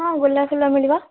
ହଁ ଗୋଲାପ ଫୁଲ ମିଳିବ